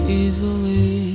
easily